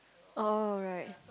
oh right